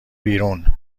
بیرون